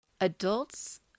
Adults